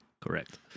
Correct